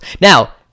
Now